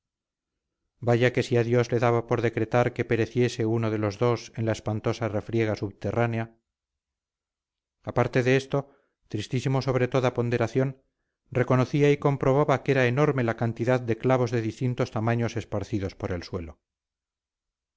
vaya que si a dios le daba por decretar que pereciese uno de los dos en la espantosa refriega subterránea aparte de esto tristísimo sobre toda ponderación reconocía y comprobaba que era enorme la cantidad de clavos de distintos tamaños esparcidos por el suelo